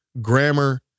grammar